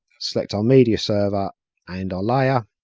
select our media server and our layer,